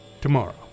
Tomorrow